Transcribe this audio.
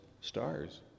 stars